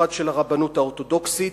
ובמיוחד של הרבנות האורתודוקסית,